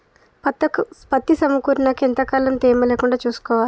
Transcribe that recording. పత్తి సమకూరినాక ఎంత కాలం తేమ లేకుండా చూసుకోవాలి?